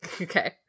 Okay